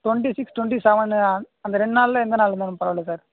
twenty six twenty seven அந்த ரெண்டு நாளில் எந்த நாள் இருந்தாலும் பரவாயில்ல சார்